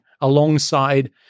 alongside